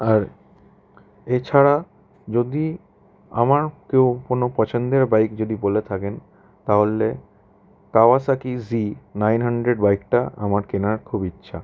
আর এছাড়া যদি আমার কেউ কোনও পছন্দের বাইক যদি বলে থাকেন তাহলে কাওয়াসাকি জি নাইন হান্ড্রেড বাইকটা আমার কেনার খুব ইচ্ছা